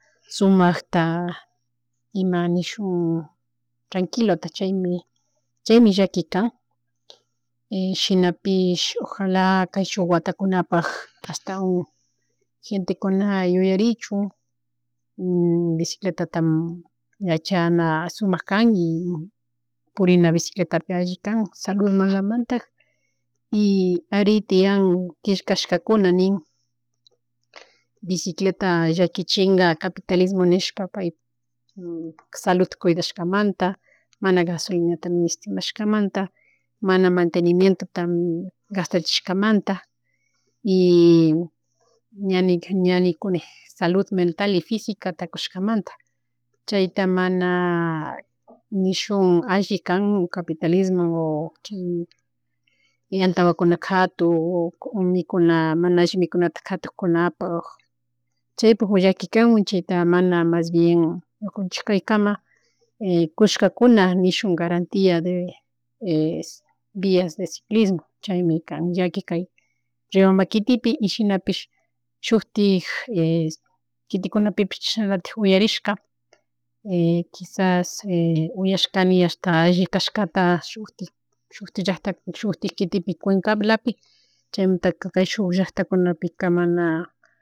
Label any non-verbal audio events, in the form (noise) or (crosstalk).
Sumakta ima nishun trqnuilota chaymi llaki kan shinapish ojala kayshuk watakunapak ashtawan gentekuna yuyarichun bicicletata yachana shumak kan y purina bicicletapi alli kan salud (unintelligible) y ari tiyan, tiyashkashkakuna nin bicicleta llaquichinga capitalismo nishpa pay (hesitation) saludta cuidashkamanta (hesitation) mana gasolinata ministimashkamanta mana matenimientota gastachishkamanta y ña nikuni salud mental y fisica cushkamanta chayta mana (hesitation) nishun alli kan capitalismo o (hesitation) chay antawankuna katun o mikuna mana alli mikunata catuk kunapak chaypuk llakikanmun chayta mana mas bien ñukanchik kaykama kushkakuna nishun garantia de vias de ciclismo chaymi kan llaki Riobamba kitipi y shinapish shuktik (hesitation) getekunapipish shinalatik uyarishka (hesitation) kisas (hesitation) uyashkani asta alli kashkata shuktik llackta, shiktik kitipi Cuencalapi (hesitation) chymuntaka kasyshuk llaktakunapika mana